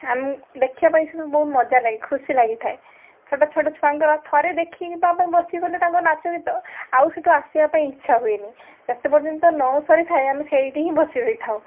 ଆମକୁ ଦେଖିବା ପାଇଁ ସେ ସବୁ ବହୁତ ମଜା ଲାଗେ ଖୁସି ଲାଗିଥାଏ ଛୋଟ ଛୋଟ ଛୁଆଙ୍କର ଥରେ ଦେଖିବା ପାଇଁ ବସିଗଲେ ତାଙ୍କ ନାଚ ଗୀତ ଆଉ ସେଠୁ ଆସିବା ପାଇଁ ଇଚ୍ଛା ହୁଏନି ଯେତେ ପର୍ଯ୍ୟନ୍ତ ନ ସରିଥାଏ ଆମେ ସେଇଠି ହିଁ ବସି ରହିଥାଉ